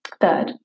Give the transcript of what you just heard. Third